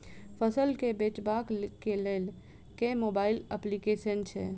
फसल केँ बेचबाक केँ लेल केँ मोबाइल अप्लिकेशन छैय?